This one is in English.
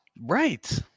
Right